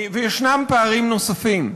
וישנם פערים נוספים.